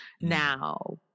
now